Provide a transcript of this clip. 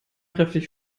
kräftig